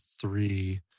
three